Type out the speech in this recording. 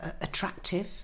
attractive